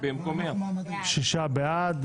6 בעד.